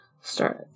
start